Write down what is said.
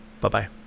Bye-bye